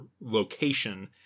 location